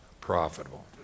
profitable